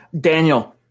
Daniel